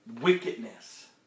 Wickedness